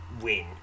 win